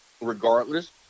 regardless